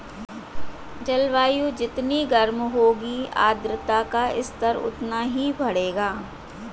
जलवायु जितनी गर्म होगी आर्द्रता का स्तर उतना ही बढ़ेगा